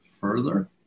further